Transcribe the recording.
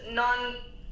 non-